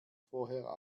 vorher